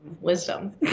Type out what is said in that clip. wisdom